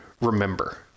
remember